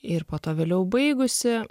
ir po to vėliau baigusi